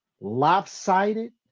lopsided